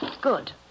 Good